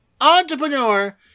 entrepreneur